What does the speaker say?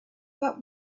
but